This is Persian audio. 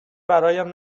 برایم